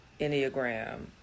Enneagram